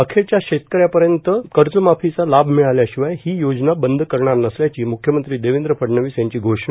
अखेरच्या शेतकऱ्यापर्यंत कर्जमाफीचा लाभ मिळाल्याशिवाय ही योजना बंद करणार नसल्याची मुख्यमंत्री देवेंद्र फडणवीस यांची घोषणा